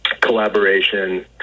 collaboration